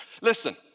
Listen